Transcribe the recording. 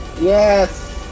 Yes